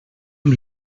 amb